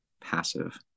passive